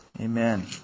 Amen